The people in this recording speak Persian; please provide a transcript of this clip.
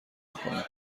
میکنم